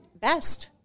best